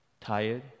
tired